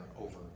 over